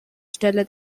stelle